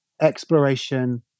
exploration